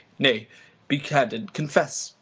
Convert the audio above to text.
nay be candid, confess,